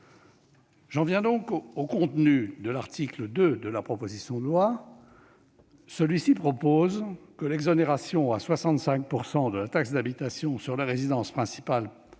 J'en viens au contenu de l'article 2 de la proposition de loi. Il prévoit que l'exonération à 65 % de la taxe d'habitation sur les résidences principales,